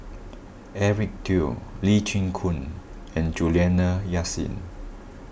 Eric Teo Lee Chin Koon and Juliana Yasin